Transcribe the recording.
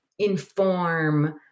inform